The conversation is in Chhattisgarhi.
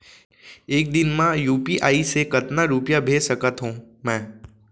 एक दिन म यू.पी.आई से कतना रुपिया भेज सकत हो मैं?